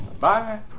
Bye